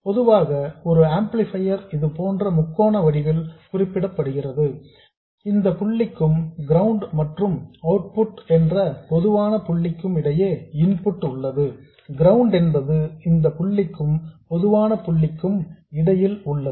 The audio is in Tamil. பொதுவாக ஒரு ஆம்ப்ளிபையர் இதுபோன்ற முக்கோண வடிவில் குறிப்பிடப்படுகிறது இந்த புள்ளிக்கும் கிரவுண்ட் மற்றும் அவுட்புட் என்ற பொதுவான புள்ளிக்கும் இடையே இன்புட் உள்ளது கிரவுண்ட் என்பது இந்த புள்ளிக்கும் பொதுவான புளிக்கும் இடையில் உள்ளது